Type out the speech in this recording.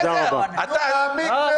דיון מעמיק מאוד.